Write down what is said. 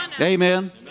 Amen